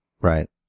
Right